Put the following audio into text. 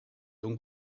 ton